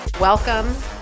Welcome